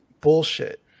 bullshit